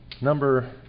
Number